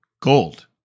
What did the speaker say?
gold